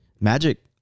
Magic